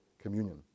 communion